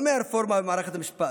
לא מהרפורמה במערכת המשפט,